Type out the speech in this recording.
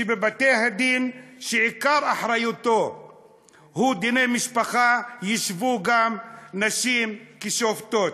שבבתי-הדין שעיקר אחריותם הוא דיני משפחה ישבו גם נשים כשופטות.